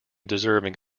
deserving